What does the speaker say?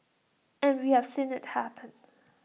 and we have seen IT happen